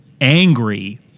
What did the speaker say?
angry